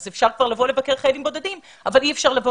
אז אפשר כבר לבוא לבקר חיילים בודדים אבל אי אפשר לבוא